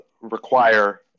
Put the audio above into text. require